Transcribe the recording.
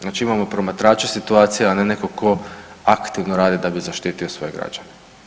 Znači imamo promatrače situacija, a ne neko ko aktivno radi da bi zaštitio svoje građane.